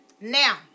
Now